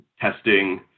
testing